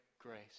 grace